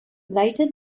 later